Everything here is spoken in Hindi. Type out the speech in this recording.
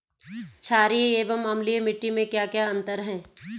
छारीय एवं अम्लीय मिट्टी में क्या क्या अंतर हैं?